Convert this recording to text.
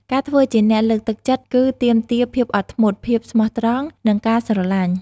ការធ្វើជាអ្នកលើកទឹកចិត្ត គឺទាមទារភាពអត់ធ្មត់ ភាពស្មោះត្រង់ និងការស្រឡាញ់។